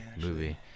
movie